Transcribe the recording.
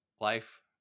life